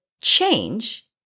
Change